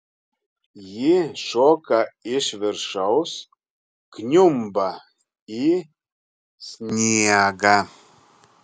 ji šoka iš viršaus kniumba į sniegą